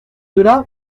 delà